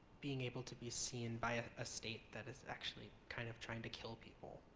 being able to be seen by a state that is actually, kind of, trying to kill people.